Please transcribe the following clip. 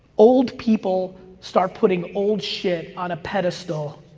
old people start putting old shit on a pedestal.